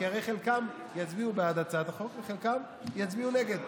כי הרי חלקם יצביע בעד הצעת החוק וחלקם יצביע נגד.